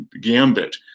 gambit